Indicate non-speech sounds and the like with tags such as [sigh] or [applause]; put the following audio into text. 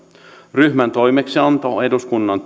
ryhmän toimeksianto eduskunnan [unintelligible]